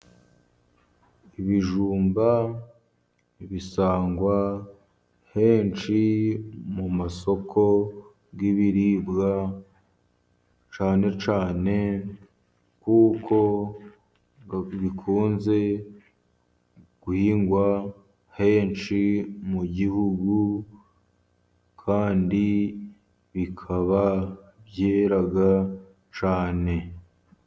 Ibijumba bisangwa henshi mu masoko y'ibiribwa cyane cyane, kuko bikunze guhingwa henshi mu gihugu kandi bikaba byera cyane.